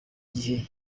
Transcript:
igihe